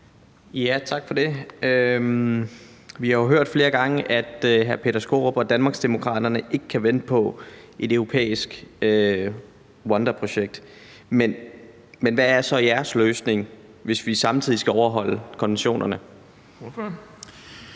(M): Tak for det. Vi har jo hørt flere gange, at hr. Peter Skaarup og Danmarksdemokraterne ikke kan vente på et europæisk Rwandaprojekt, men hvad er så jeres løsning, hvis vi samtidig skal overholde konventionerne? Kl.